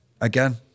again